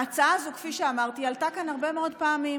ההצעה הזו, כפי שאמרתי, עלתה כאן הרבה מאוד פעמים,